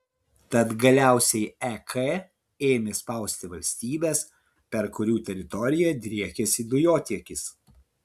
tad galiausiai ek ėmė spausti valstybes per kurių teritoriją driekiasi dujotiekis